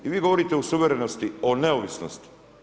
I vi govorite o suverenosti, o neovisnosti.